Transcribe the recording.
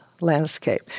landscape